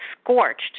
scorched